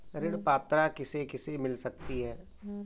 ऋण पात्रता किसे किसे मिल सकती है?